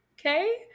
okay